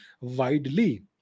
widely